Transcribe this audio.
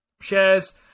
shares